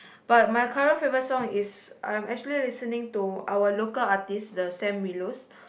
but my current favorite song is I am actually listening to our local artiste the Sam-Willows